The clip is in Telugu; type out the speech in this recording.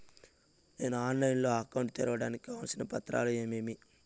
నేను ఆన్లైన్ లో అకౌంట్ తెరవడానికి కావాల్సిన పత్రాలు ఏమేమి?